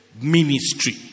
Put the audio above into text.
ministry